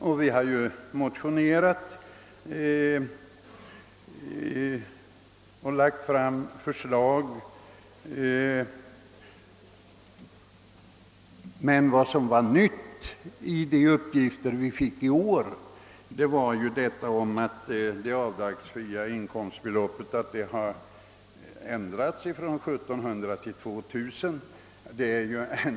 Vi har från vårt håll motionerat i saken, men det enda nya i de uppgifter som lämnats i år är att det avdragsfria inkomstbeloppet skall höjas från 1700 till 2000 kronor.